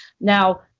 Now